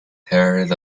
heard